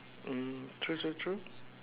mm true true true